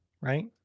right